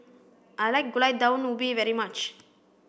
I like Gulai Daun Ubi very much